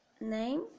name